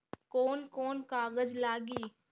कौन कौन कागज लागी?